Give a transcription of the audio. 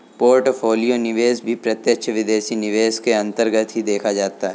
portfolio निवेश भी प्रत्यक्ष विदेशी निवेश के अन्तर्गत ही देखा जाता है